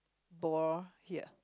ball here